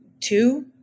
two